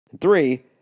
Three